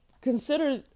consider